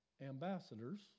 ambassadors